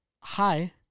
hi